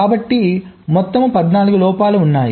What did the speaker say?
కాబట్టి మొత్తం 14 లోపాలు ఉన్నాయి